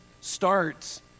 starts